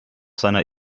seiner